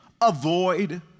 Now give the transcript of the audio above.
Avoid